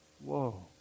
Whoa